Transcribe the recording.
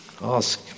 ask